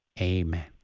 Amen